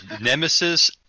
nemesis